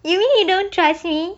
you mean you don't trust me